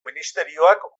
ministerioak